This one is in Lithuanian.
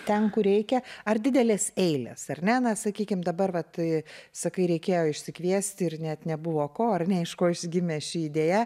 ten kur reikia ar didelės eilės ar ne na sakykim dabar vat sakai reikėjo išsikviesti ir net nebuvo ko ar ne iš ko it gimė ši idėja